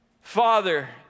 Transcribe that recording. Father